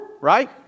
right